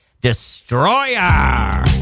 Destroyer